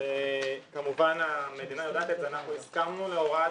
כמובן שהמדינה יודעת את זה - אנחנו הסכמנו להוראת